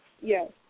Yes